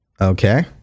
Okay